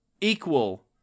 equal